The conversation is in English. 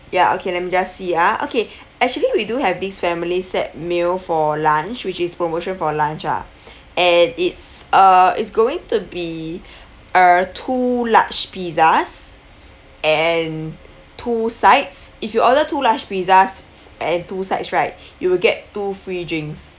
ya okay let me just see ah okay actually we do have this family set meal for lunch which is promotion for lunch ah and it's uh it's going to be err two large pizzas and two sides if you order two large pizzas and two sides right you will get two free drinks